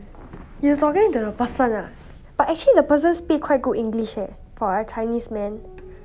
you forget the person ah but actually the person speak quite good english eh for a Chinese man